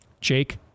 Jake